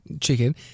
chicken